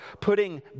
putting